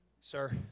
sir